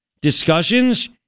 Discussions